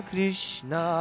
Krishna